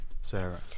Sarah